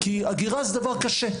הגירה זה דבר קשה.